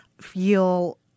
feel